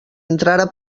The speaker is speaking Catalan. entrara